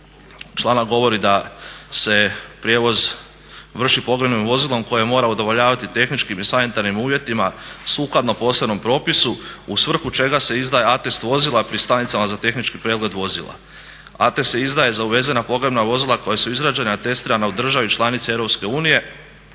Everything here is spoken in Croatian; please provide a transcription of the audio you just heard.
članak govori: "Da se prijevoz vrši pogrebnim vozilom koje mora udovoljavati tehničkim i sanitarnim uvjetima sukladno posebnom propisu u svrhu čega se izdaje atest vozila pri stanicama za tehnički pregled vozila, atest se izdaje za uvezena pogrebna vozila koja su izrađena i atestirana u državi članici EU